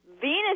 Venus